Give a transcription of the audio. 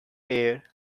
air